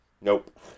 Nope